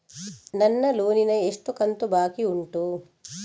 ನನ್ನ ಲೋನಿನ ಎಷ್ಟು ಕಂತು ಬಾಕಿ ಉಂಟು?